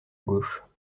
gauche